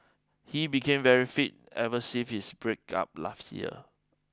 he became very fit ever since his breakup last year